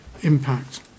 impact